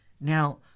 Now